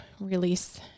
release